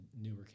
newer